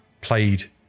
played